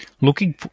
Looking